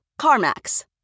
CarMax